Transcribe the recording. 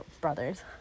brothers